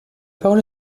parole